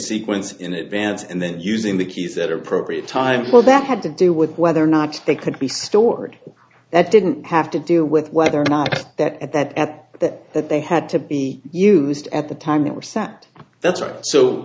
sequence in advance and then using the case at appropriate time for that had to do with whether or not they could be stored that didn't have to do with whether or not that at that at that that they had to be used at the time they were sent that's right so